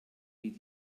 wie